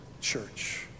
church